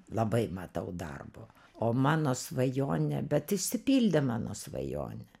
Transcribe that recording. labai matau darbo o mano svajonė bet išsipildė mano svajonė